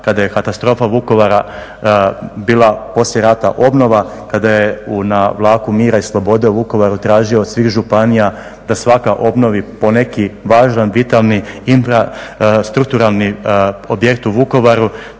kada je katastrofa Vukovara bila poslije rata obnova, kada je na Vlaku mira i slobode u Vukovaru tražio od svih županija da svaka obnovi po neki važan, vitalni, infrastrukturalni objekt u Vukovaru,